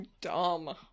dumb